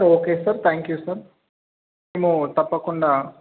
okay sir thank you sir మేము తప్పకుండా